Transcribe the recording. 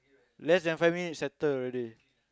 less than five minute settle already